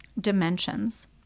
dimensions